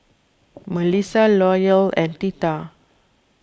Mellissa Loyal and theta